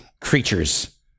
creatures